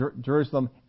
Jerusalem